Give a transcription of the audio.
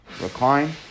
recline